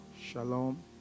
Shalom